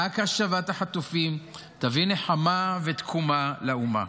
רק השבת החטופים תביא נחמה ותקומה לאומה.